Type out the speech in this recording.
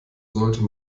sollte